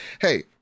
Hey